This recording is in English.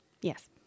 Yes